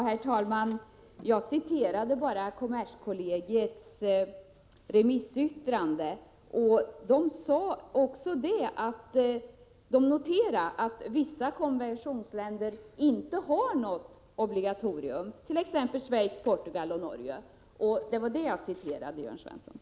Herr talman! Jag citerade bara kommerskollegiets remissyttrande, där det noteras att vissa konventionsländer inte har något obligatorium, t.ex. Schweiz, Portugal och Norge. Det var det jag citerade, Jörn Svensson.